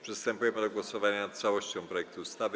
Przystępujemy do głosowania nad całością projektu ustawy.